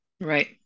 Right